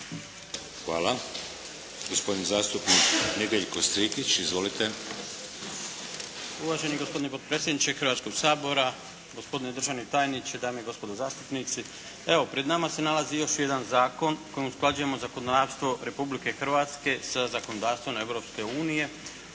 Hvala. Gospodin zastupnik Nedjeljko Strikić. Izvolite. **Strikić, Nedjeljko (HDZ)** Uvaženi gospodine potpredsjedniče Hrvatskoga sabora, gospodine državni tajniče, dame i gospodo zastupnici. Pred nama se nalazi još jedan zakon kojim usklađujemo zakonodavstvo Republike Hrvatske sa zakonodavstvom Europske unije